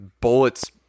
bullets